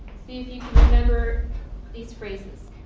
see if you remember these phrases.